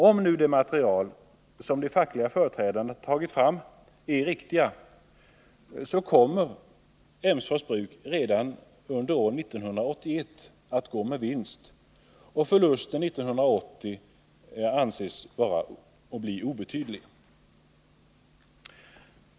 Om nu det material som de fackliga företrädarna tagit fram är riktigt, så kommer Emsfors bruk redan under år 1981 att gå med vinst. Förlusten för 1980 anses bli obetydlig.